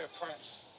Prince